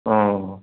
अ